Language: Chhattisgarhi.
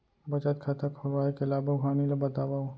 बचत खाता खोलवाय के लाभ अऊ हानि ला बतावव?